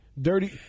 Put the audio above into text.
dirty